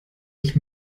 ich